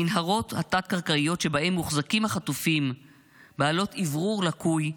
המנהרות התת-קרקעיות שבהן מוחזקים החטופים בעלות אוורור לקוי,